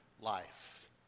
life